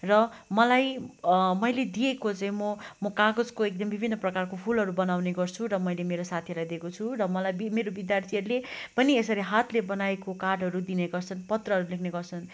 र मलाई मैले दिएको चाहिँ म म कागजको एकदम विभिन्न प्रकारको फुलहरू बनाउने गर्छु र मैले मेरो साथीहरूलाई दिएको छु र मलाई बि मेरो विद्यार्थीहरूले पनि यसरी हातले बनाएको कार्डहरू दिने गर्छन् पत्रहरू लेख्ने गर्छन्